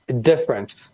different